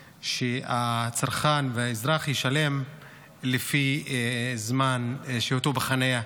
שהצרכן והאזרח ישלם לפי זמן שהותו בחניה.